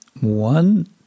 one